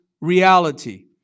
reality